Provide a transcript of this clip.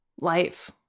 life